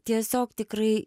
tiesiog tikrai